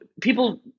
people